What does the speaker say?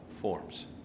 forms